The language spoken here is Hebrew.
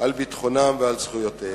על ביטחונם ועל זכויותיהם.